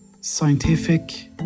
scientific